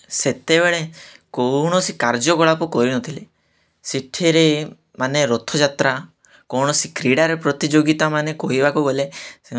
ସେତେବେଳେ କୌଣସି କାର୍ଯ୍ୟକଳାପ କରିନଥିଲେ ସେଠିରେ ମାନେ ରଥଯାତ୍ରା କୌଣସି କ୍ରୀଡ଼ାରେ ପ୍ରତିଯୋଗିତା ମାନେ କହିବାକୁ ଗଲେ